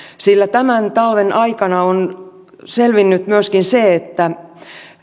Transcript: sillä tämän talven aikana on selvinnyt myöskin se että